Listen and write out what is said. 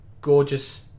gorgeous